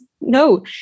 no